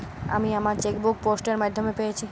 আমি আমার chequebook post এর মাধ্যমে পেয়েছি